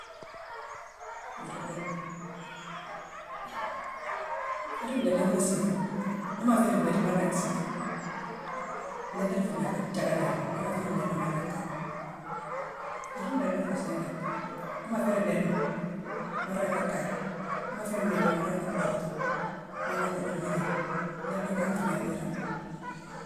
Niir nniidena: mu féérine nniidena, mu la siiti. Ni ma féérine nniidena, ma ringi siiti. Nniidena nfu-gna-thiacka niirma. Ni ma féérine nniidena, ma ringi kaye. Niir nniidena nféé siingane. Ni ma féérine nniidena, ma ringi ka kaye; ni ma féérine nniidena, ma ringi ka dhockatu, ma ringi docka gnoju idéé. Nniidena, nka la nfuu gnéné niiroma